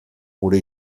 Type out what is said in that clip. gure